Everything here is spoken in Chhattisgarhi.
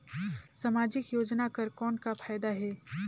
समाजिक योजना कर कौन का फायदा है?